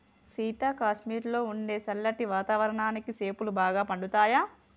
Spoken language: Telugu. సీత కాశ్మీరులో ఉండే సల్లటి వాతావరణానికి సేపులు బాగా పండుతాయి